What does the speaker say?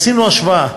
עשינו השוואה.